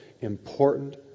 important